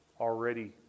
already